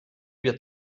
wir